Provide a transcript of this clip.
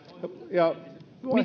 ja